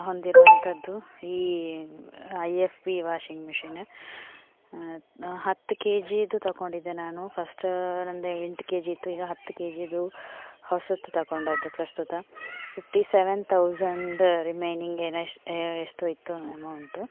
ಹೊಂದಿರುವಂಥದ್ದು ಈ I F B washing machine ಹತ್ತು ಕೇ ಜಿದು ತಗೊಂಡಿದ್ದೆ ನಾನು ಫಸ್ಟ್ ನಮ್ದು ಎಂಟು ಕೆಜಿ ಇತ್ತು ಈಗ ಹತ್ತು ಕೇ ಜಿದು ಹೊಸತು ತಗೊಂಡದ್ದು ಪ್ರಸ್ತುತ ಫಿಫ್ಟಿ ಸೆವೆನ್ ಥೌಸಂಡ್ ರಿಮೈನಿಂಗ್ ಏನೋ ಎಷ್ಟೋ ಇತ್ತು ಅಮೌಂಟು